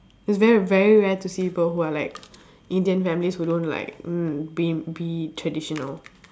it's very very rare to see people who are like Indian families who don't like mm be be traditional